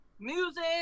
Music